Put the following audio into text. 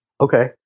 okay